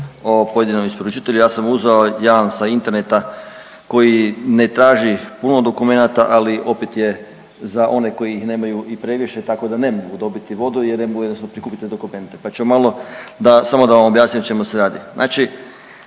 o pojedinom isporučitelju. Ja sam uzeo jedan sa interneta koji ne traži puno dokumenata, ali opet je za one koji nemaju i previše tako da ne mogu dobiti vodu jer ne mogu jednostavno prikupiti te dokumente, pa ću vam malo da samo da vam objasnim o čemu se radi. Znači